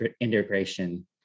Integration